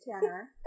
Tanner